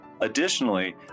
Additionally